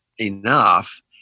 enough